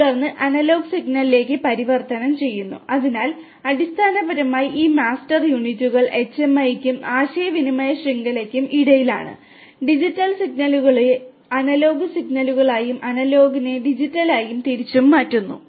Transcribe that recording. തുടർന്ന് എച്ച്എംഐയിൽ ആയും അനലോഗ് ഡിജിറ്റലായും തിരിച്ചും മാറ്റുന്നു